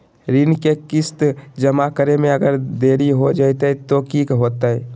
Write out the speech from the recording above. ऋण के किस्त जमा करे में अगर देरी हो जैतै तो कि होतैय?